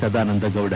Sadananda Gowda